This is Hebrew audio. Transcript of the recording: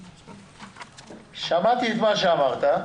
--- שמעתי את מה שאמרת,